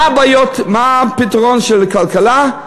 מה הפתרון של הבעיות בכלכלה?